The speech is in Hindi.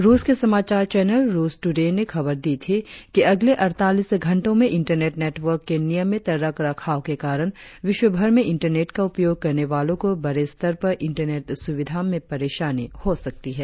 रुस के समाचार चैनल रुस टुड़े ने खबर दी थी कि अगले अड़तालीस घंटों में इंटरनेंट नेटवर्क के नियमित रखरखाव के कारण विश्वभर में इंटरनेंट का उपयोग करने वालों को बड़े स्तर पर इंटरनेट सुविधा में परेशानी हो सकती है